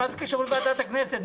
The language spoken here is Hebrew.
מה זה קשור לוועדת הכנסת?